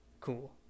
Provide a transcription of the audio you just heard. Cool